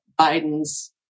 Biden's